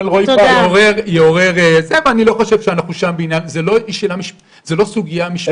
זה לא סוגייה משפטית.